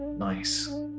Nice